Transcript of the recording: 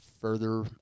further